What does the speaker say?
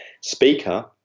speaker